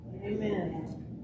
amen